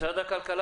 משרדי הממשלה